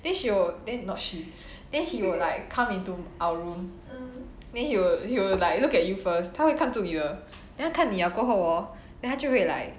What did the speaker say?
then she will then not she then he will like come into our room then he will he will like you look at you first 他会看住你的 then 他看你了过后 hor then 他就会 like